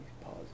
pause